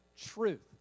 truth